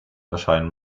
erscheinen